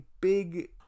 big